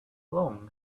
long